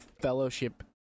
Fellowship